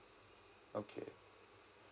okay